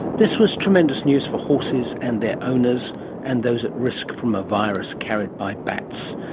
this was tremendous news for horses and their owners and those at risk from a virus carried by bats.